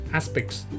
aspects